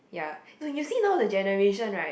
ya no you see now the generation right